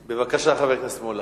חבר הכנסת מולה,